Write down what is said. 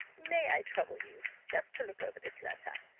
may i trouble you just to look over this letter?